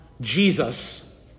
Jesus